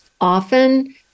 often